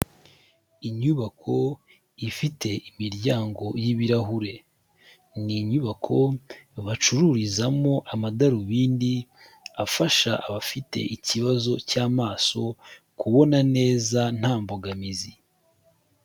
Inyubako ifite imiryango y'ibirahure. Ni inyubako bacururizamo amadarubindi, afasha abafite ikibazo cy'amaso, kubona neza, nta mbogamizi.